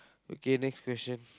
okay next question